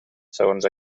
segons